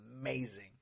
amazing